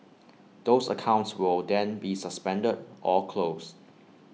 those accounts will then be suspended or closed